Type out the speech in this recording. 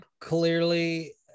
clearly